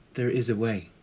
there is a way.